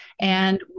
And-